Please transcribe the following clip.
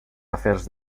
afers